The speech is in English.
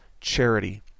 charity